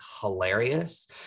hilarious